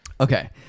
okay